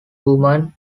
woman